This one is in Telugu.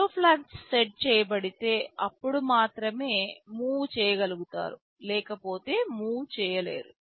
జీరోఫ్లాగ్ సెట్ చేయబడితే అప్పుడు మాత్రమే మూవు చేయగలుగుతారు లేకపోతే మూవు చేయలేరు